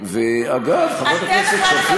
אתם העליתם את החוק.